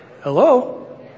hello